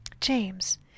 James